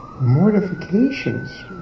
mortifications